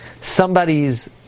somebody's